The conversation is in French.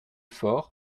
faure